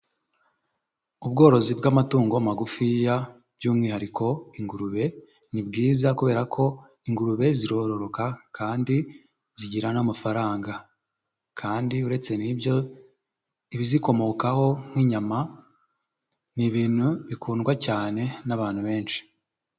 Ubworozi bw'amatungo magufiya by'umwihariko ingurube, ni bwiza kubera ko ingurube zirororoka kandi zigira n'amafaranga kandi uretse n'ibyo, ibizikomokaho nk'inyama, ni ibintu bikundwa cyane n'abantu benshi.